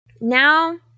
Now